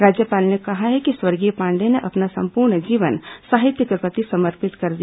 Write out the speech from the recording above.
राज्यपाल ने कहा है कि स्वर्गीय पांडेय ने अपना संपूर्ण जीवन साहित्य के प्रति समर्पित कर दिया